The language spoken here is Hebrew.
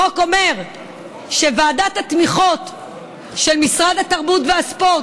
החוק אומר שוועדת התמיכות של משרד התרבות והספורט,